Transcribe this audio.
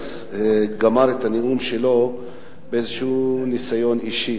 פרץ גמר את הנאום שלו באיזה ניסיון אישי.